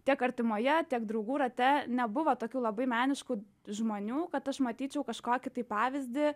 tiek artimoje tiek draugų rate nebuvo tokių labai meniškų žmonių kad aš matyčiau kažkokį tai pavyzdį